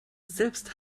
selbst